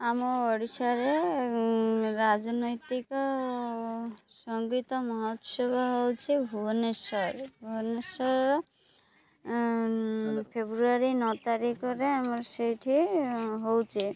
ଆମ ଓଡ଼ିଶାରେ ରାଜନୈତିକ ସଙ୍ଗୀତ ମହୋତ୍ସବ ହେଉଛି ଭୁବନେଶ୍ୱର ଭୁବନେଶ୍ୱର ଫେବୃଆରୀ ନଅ ତାରିଖରେ ଆମର ସେଇଠି ହେଉଛି